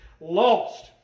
lost